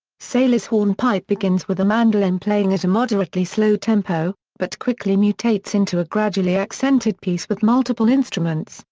sailor's hornpipe begins with a mandolin playing at a moderately slow tempo, but quickly mutates into a gradually accented piece with multiple instruments,